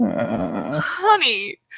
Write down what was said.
Honey